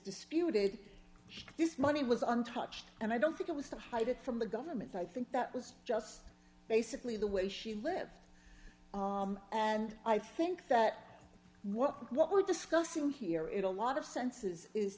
disputed this money was untouched and i don't think it was to hide it from the government i think that was just basically the way she lived and i think that what we're discussing here in a lot of senses is